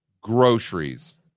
groceries